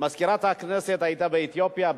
מזכירת הכנסת היתה באתיופיה,